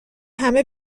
همه